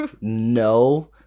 no